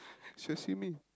she will see me